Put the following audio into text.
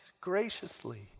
graciously